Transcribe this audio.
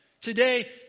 Today